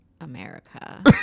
America